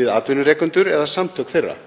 við atvinnurekendur eða samtök þeirra.